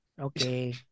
Okay